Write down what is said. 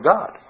God